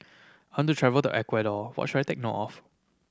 travelled Ecuador what should I take note of